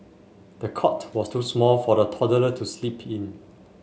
the cot was too small for the toddler to sleep in